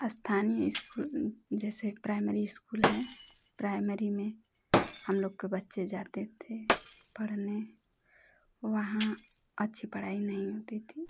अस्थानीय school जैसे primary school है primary में हम लोग के बच्चे जाते थे पढ़ने वहाँ अच्छी पढ़ाई नहीं होती थी